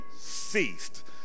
ceased